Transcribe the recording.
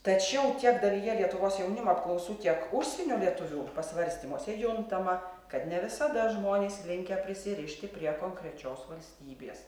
tačiau tiek dalyje lietuvos jaunimo apklausų tiek užsienio lietuvių pasvarstymuose juntama kad ne visada žmonės linkę prisirišti prie konkrečios valstybės